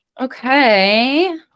Okay